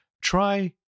Try